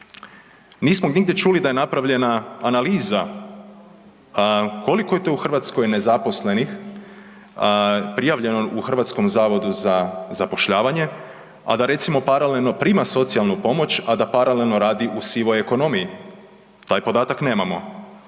Nismo nigdje čuli da je napravljena analiza koliko je to u Hrvatskoj nezaposlenih, prijavljeno u Hrvatskom zavodu za zapošljavanje, a da recimo, paralelno prima socijalnu pomoć, a da paralelno radi u sivoj ekonomiji. Taj podatak nemamo